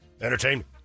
Entertainment